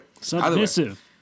Submissive